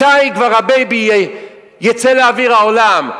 מתי כבר הבייבי יצא לאוויר העולם?